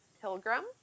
Pilgrim